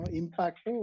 impact